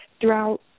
throughout